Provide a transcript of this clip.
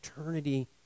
eternity